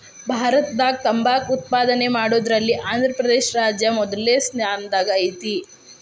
ಭಾರತದಾಗ ತಂಬಾಕ್ ಉತ್ಪಾದನೆ ಮಾಡೋದ್ರಲ್ಲಿ ಆಂಧ್ರಪ್ರದೇಶ ರಾಜ್ಯ ಮೊದಲ್ನೇ ಸ್ಥಾನದಾಗ ಐತಿ